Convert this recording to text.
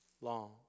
Long